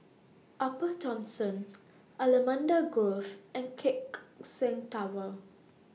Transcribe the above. Upper Thomson Allamanda Grove and Keck Seng Tower